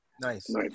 nice